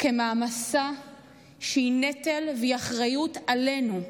כמעמסה שהיא נטל והיא אחריות עלינו.